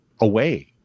away